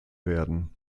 werden